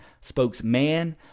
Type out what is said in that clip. spokesman